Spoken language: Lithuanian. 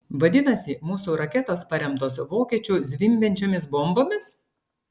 vadinasi mūsų raketos paremtos vokiečių zvimbiančiomis bombomis